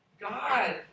God